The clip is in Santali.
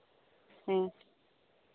ᱦᱮᱸ